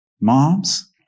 moms